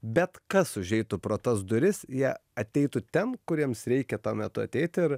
bet kas užeitų pro tas duris jie ateitų ten kur jiems reikia tuo metu ateit ir